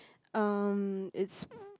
um it's